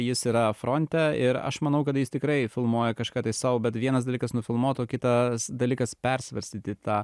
jis yra fronte ir aš manau kad jis tikrai filmuoja kažką tai sau bet vienas dalykas nufilmuot o kitas dalykas persvarstyti tą